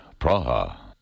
Praha